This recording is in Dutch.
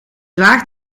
waagt